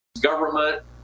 government